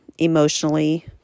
emotionally